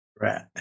Right